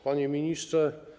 Panie Ministrze!